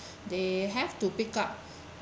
they have to pick up